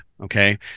Okay